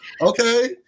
Okay